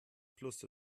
plus